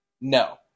No